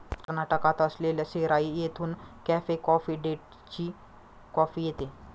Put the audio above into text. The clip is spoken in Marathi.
कर्नाटकात असलेल्या सेराई येथून कॅफे कॉफी डेची कॉफी येते